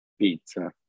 pizza